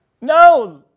No